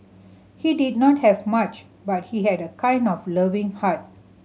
he did not have much but he had a kind of loving heart